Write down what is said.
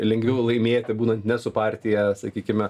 lengviau laimėti būnant ne su partija sakykime